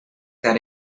that